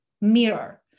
mirror